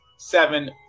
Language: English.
Seven